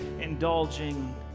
indulging